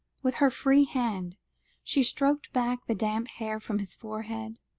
with her free hand she stroked back the damp hair from his forehead,